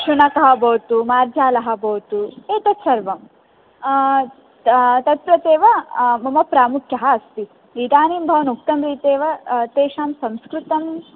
शुनकः भवतु मार्जालः भवतु एतत् सर्वं त तत्वत् एव मम प्रामुख्यः अस्ति इदानीं भवान् उक्तमित्येव तेषां संस्कृतम्